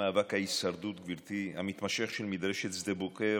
את מאבק ההישרדות המתמשך של מדרשת שדה בוקר,